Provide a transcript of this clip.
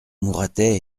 mouratet